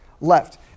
Left